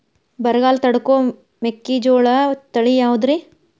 ಬರಗಾಲ ತಡಕೋ ಮೆಕ್ಕಿಜೋಳ ತಳಿಯಾವುದ್ರೇ?